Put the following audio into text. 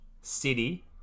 City